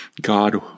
God